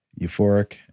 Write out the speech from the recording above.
euphoric